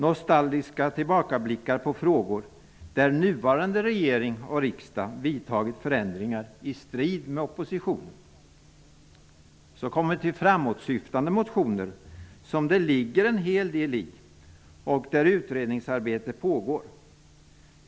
Nostalgiska tillbakablickar på frågor där nuvarande regering och riksdag vidtagit förändringar i strid med oppositionen. 4. Framåtsyftande motioner med förslag som det ligger en hel del i och där utredningsarbete pågår.